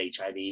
HIV